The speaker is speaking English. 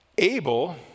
Abel